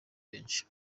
benshi